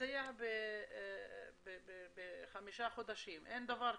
יתבצע בחמישה חודשים, אין דבר כזה,